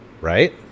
right